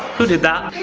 who did that?